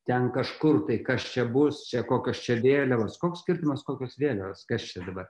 ten kažkur tai kas čia bus čia kokios čia vėliavos koks skirtumas kokios vėliavos kas čia dabar